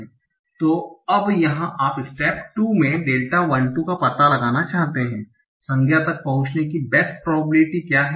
तो अब यहाँ आप स्टेप 2 में डेल्टा 1 2 का पता लगाना चाहते है संज्ञा तक पहुँचने की बेस्ट प्रोबेबिलिटी क्या है